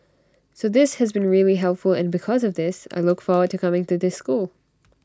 so this has been really helpful and because of this I look forward to coming to this school